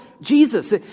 Jesus